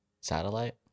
satellite